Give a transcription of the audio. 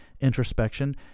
introspection